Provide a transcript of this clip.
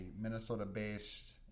Minnesota-based